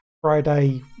friday